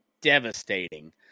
devastating